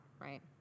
right